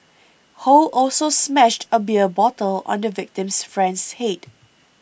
ho also smashed a beer bottle on the victim's friend's head